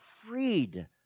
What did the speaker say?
freed